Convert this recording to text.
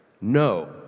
No